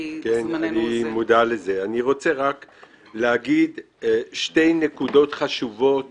אני רוצה להגיד שתי נקודות חשובות